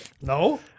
no